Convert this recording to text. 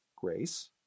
grace